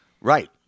Right